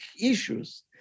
issues